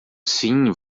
sim